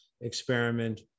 experiment